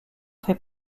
fait